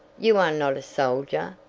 you are not a soldier,